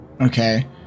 okay